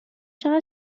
چقدر